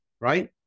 right